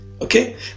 Okay